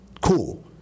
cool